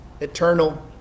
Eternal